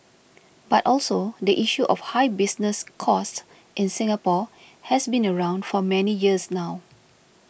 but also the issue of high business costs in Singapore has been around for many years now